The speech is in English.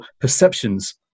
perceptions